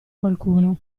qualcuno